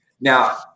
Now